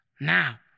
Now